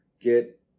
get